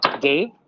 dave